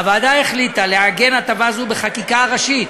הוועדה החליטה לעגן הטבה זו בחקיקה הראשית,